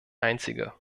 einzige